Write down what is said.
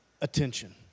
attention